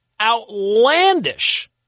outlandish